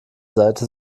seite